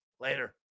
Later